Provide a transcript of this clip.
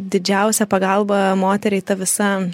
didžiausia pagalba moteriai ta visa